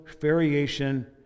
variation